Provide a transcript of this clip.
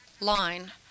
line